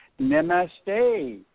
Namaste